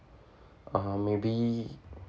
uh maybe